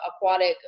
aquatic